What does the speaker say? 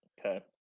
Okay